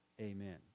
Amen